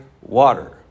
water